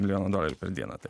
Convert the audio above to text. milijonų dolerių per dieną tai